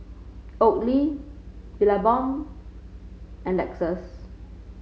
Oakley Billabong and Lexus